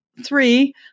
Three